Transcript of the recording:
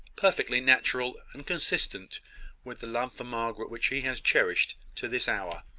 perfectly natural, and consistent with the love for margaret which he has cherished to this hour.